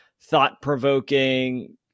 thought-provoking